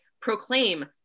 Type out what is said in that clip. proclaim